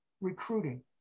recruiting